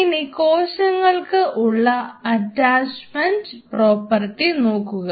ഇനി കോശങ്ങൾക്ക് ഉള്ള അറ്റാച്മെന്റ് പ്രോപ്പർട്ടി നോക്കുക